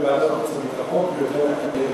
מה אדוני, לוועדת חוץ וביטחון,